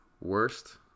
worst